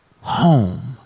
home